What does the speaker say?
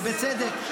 ובצדק.